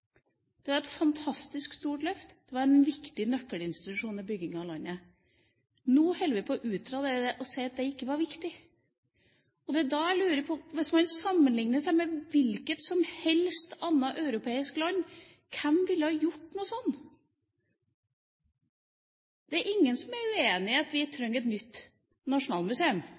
Det var et fantastisk stort løft. Det var en viktig nøkkelinstitusjon i bygginga av landet. Nå holder vi på å utradere det og si at det ikke var viktig. Og det er da jeg lurer på: Hvis man sammenligner seg med hvilket som helst annet europeisk land, hvem ville gjort noe sånt? Det er ingen som er uenig i at vi trenger et nytt nasjonalmuseum.